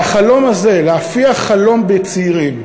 והחלום הזה, להפיח חלום בצעירים,